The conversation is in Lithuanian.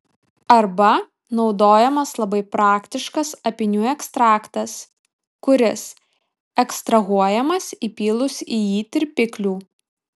arba naudojamas labai praktiškas apynių ekstraktas kuris ekstrahuojamas įpylus į jį tirpiklių